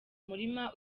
murima